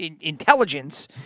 intelligence